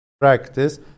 practice